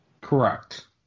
Correct